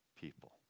people